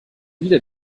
wieder